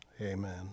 Amen